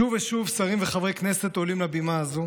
שוב ושוב שרים וחברי כנסת עולים לבמה הזו